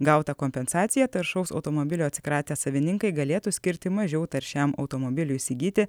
gautą kompensaciją taršaus automobilio atsikratę savininkai galėtų skirti mažiau taršiam automobiliui įsigyti